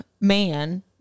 man